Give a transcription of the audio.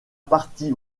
partie